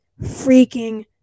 freaking